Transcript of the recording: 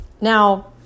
Now